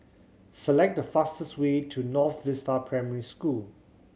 select the fastest way to North Vista Primary School